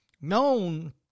known